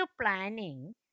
planning